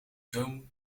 dome